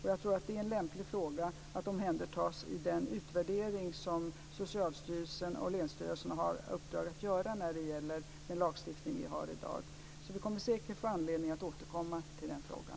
Jag tror att det är en lämplig fråga att omhändertas i den utvärdering som Socialstyrelsen och länsstyrelserna har i uppdrag att göra när det gäller den lagstiftning vi i dag har. Vi kommer således säkert att få anledning att återkomma till den frågan.